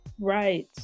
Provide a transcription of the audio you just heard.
Right